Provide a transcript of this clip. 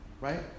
Right